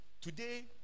Today